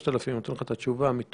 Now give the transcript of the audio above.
פניות מהציבור ביחס